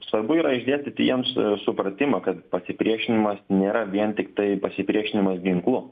svarbu yra išdėstyti jiems supratimą kad pasipriešinimas nėra vien tiktai pasipriešinimas ginklu